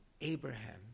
Abraham